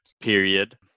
period